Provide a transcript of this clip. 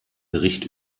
bericht